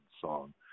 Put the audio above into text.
song